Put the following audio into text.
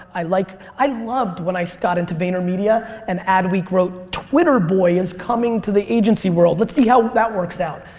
i like i loved when i got into vaynermedia and adweek wrote twitter boy is coming to the agency world. let's see how that works out.